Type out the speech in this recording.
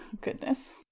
goodness